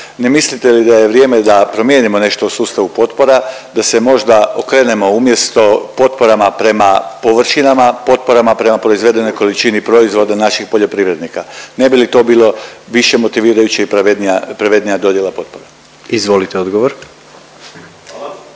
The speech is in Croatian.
Ne mislite li da je vrijeme da promijenimo nešto u sustavu potpora, da se možda okrenemo umjesto potporama prema površinama, potporama prema proizvedenoj količini proizvoda naših poljoprivrednika? Ne bi li to bilo više motivirajuće i pravednija dodjela potpora? **Jandroković,